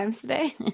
today